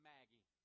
Maggie